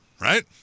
right